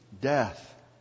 death